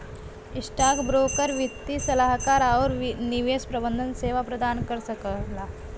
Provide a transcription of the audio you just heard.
stockbroker वित्तीय सलाहकार आउर निवेश प्रबंधन सेवा प्रदान कर सकला